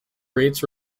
rates